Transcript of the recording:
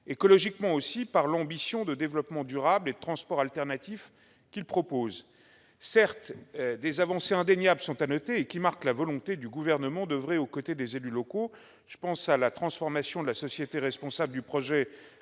écologiquement aussi par l'ambition de développement durable et de transport alternatif qu'il prévoit. Certes, des avancées indéniables sont à noter, qui marquent la volonté du Gouvernement d'oeuvrer aux côtés des élus locaux. Je pense à la transformation de la société responsable du projet